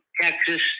Texas